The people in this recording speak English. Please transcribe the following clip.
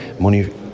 money